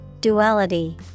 Duality